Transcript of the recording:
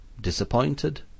disappointed